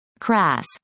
crass